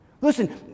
listen